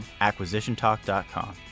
acquisitiontalk.com